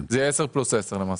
זה יהיה עשר פלוס עשר, למעשה.